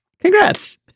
Congrats